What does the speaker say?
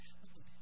Listen